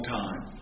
time